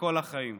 לכל החיים.